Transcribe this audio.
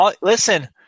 Listen